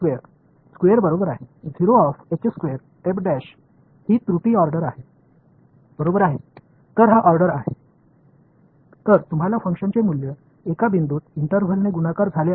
Studentஸ்கொயர் square இது பிழையின் வரிசை எனவே ஒரு கட்டத்தில் இடைவெளியால் பெருக்கப்பட்ட ஒரு ஃபங்ஷன் மதிப்பைப் பெற்றுள்ளீர்கள் இது உங்கள் செவ்வக விதி